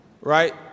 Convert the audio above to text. right